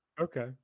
Okay